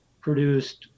produced